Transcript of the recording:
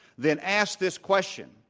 then ask this question.